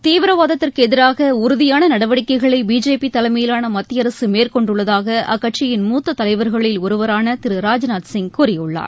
தீவிரவாதத்திற்கு எதிராக உறுதியான நடவடிக்கைகளை பிஜேபி தலைமையிலான மத்திய அரசு மேற்கொண்டுள்ளதாக அக்கட்சியின் மூத்த தலைவர்களில் ஒருவரான திரு ராஜ்நாத் சிங் கூறியுள்ளார்